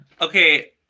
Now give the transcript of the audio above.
okay